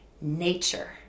nature